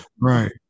Right